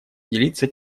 делиться